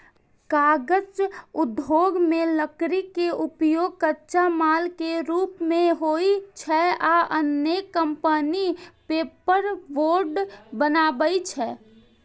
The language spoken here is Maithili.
कागज उद्योग मे लकड़ी के उपयोग कच्चा माल के रूप मे होइ छै आ अनेक कंपनी पेपरबोर्ड बनबै छै